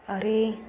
अरे